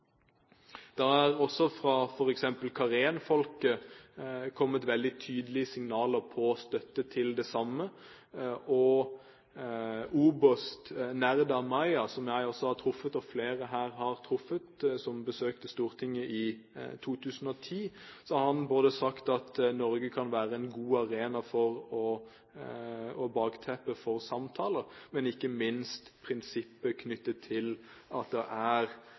har også fra f.eks. Karen-folket kommet veldig tydelige signaler om støtte til det samme. Oberst Nerdah Mya, som jeg og flere her har truffet, og som besøkte Stortinget i 2010, har sagt at Norge kan være en god arena og bakteppe for samtaler. Ikke minst på grunn av prinsipper knyttet til at